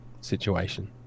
situation